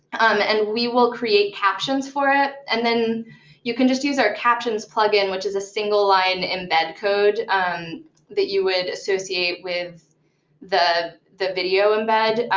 and we will create captions for it. and then you can just use our captions plug-in, which is a single line embed code that you would associate with the the video embed,